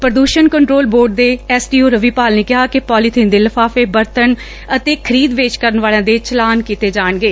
ਪ੍ਰਦੂਸ਼ਨ control board ਦੇ S D O Ravipal ਨੇ ਕਿਹਾ ਕਿ ਪੌਲੀਬੀਨ ਦੇ ਲਿਫਾਫੇ ਬਰਤਨ ਅਤੇ ਖਰੀਦ ਵੇਚ ਕਰਨ ਵਾਲਿਆ ਦੇ ਚਲਾਨ ਕੀਤੇ ਜਾਣਗੇ